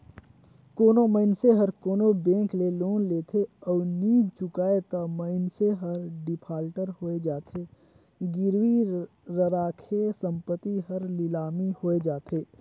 कोनो मइनसे हर कोनो बेंक ले लोन लेथे अउ नी चुकाय ता मइनसे हर डिफाल्टर होए जाथे, गिरवी रराखे संपत्ति हर लिलामी होए जाथे